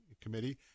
committee –